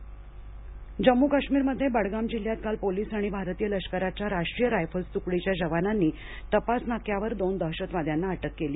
दहशतवादी अटक जम्मू काश्मीरमध्ये बडगाम जिल्हयात काल पोलीस आणि भारतीय लष्कराच्या राष्ट्रीय रायफल्स तुकडीच्या जवानांनी तपास नाक्यावर दोन दहशतवाद्यांना अटक केली